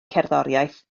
cerddoriaeth